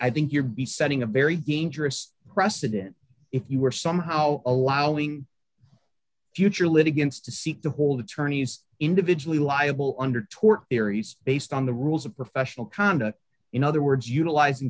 i think you're be setting a very dangerous precedent if you were somehow allowing future litigants to seek to hold attorneys individually liable under tort hereis based on the rules of professional conduct in other words utilizing